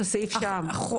את הסעיף בהחלטה.